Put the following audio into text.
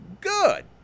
good